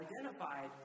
identified